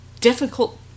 difficult